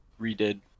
redid